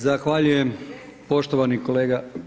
Zahvaljujem poštovani kolega.